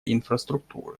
инфраструктуры